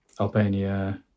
Albania